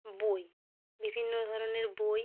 বই বিভিন্ন ধরনের বই